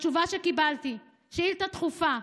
התשובה שקיבלתי: שאילתה דחופה.